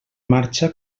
marxa